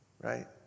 Right